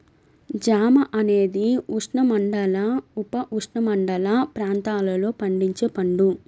జామ అనేది ఉష్ణమండల, ఉపఉష్ణమండల ప్రాంతాలలో పండించే పండు